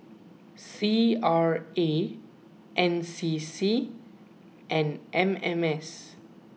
C R A N C C and M M S